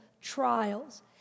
trials